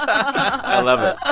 i love it. ah